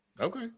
Okay